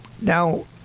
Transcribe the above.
Now